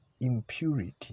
impurity